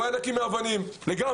והוא היה נקי מאבנים לגמרי.